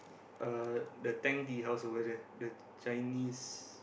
uh the Tang-Tea-House over there the Chinese